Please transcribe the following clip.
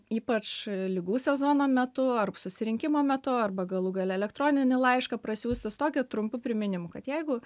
ypač ligų sezono metu ar susirinkimo metu arba galų gale elektroninį laišką prasiųsti su tokiu trumpu priminimu kad jeigu